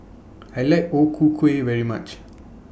I like O Ku Kueh very much